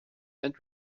and